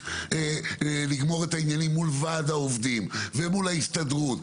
לגמור את העניינים מול ועד העובדים ומול ההסתדרות,